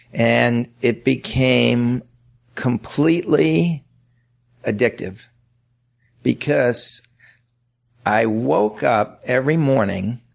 and it became completely addictive because i woke up every morning